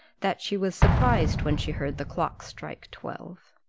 that she was surprised when she heard the clock strike twelve.